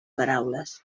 paraules